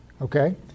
okay